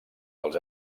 dels